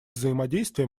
взаимодействия